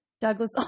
Douglas